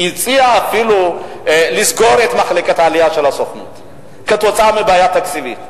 הציע אפילו לסגור את מחלקת העלייה של הסוכנות כתוצאה מבעיה תקציבית.